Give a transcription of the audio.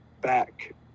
back